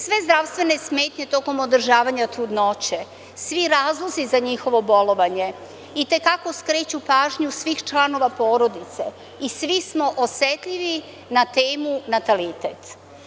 Sve zdravstvene smetnje tokom održavanja trudnoće, svi razlozi za njihovo bolovanje i te kako skreću pažnju svih članova porodice i svi smo osetljivi na temu natalitet.